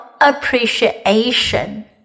appreciation